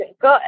good